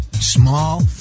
small